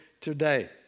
today